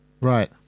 Right